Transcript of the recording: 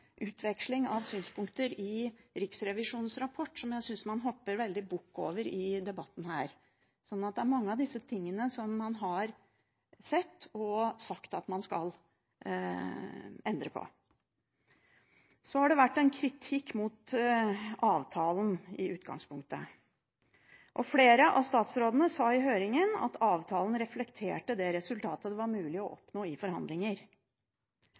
utveksling av synspunkter i Riksrevisjonens rapport som jeg synes man hopper litt bukk over i denne debatten. Det er mange av disse tingene man har sett og sagt at man skal endre på. Så har det i utgangspunktet vært kritikk mot avtalen. Flere av statsrådene sa i høringen at avtalen reflekterte det resultatet det var mulig å oppnå i forhandlinger.